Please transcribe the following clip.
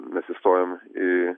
mes įstojom į